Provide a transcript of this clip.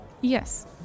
Yes